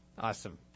Awesome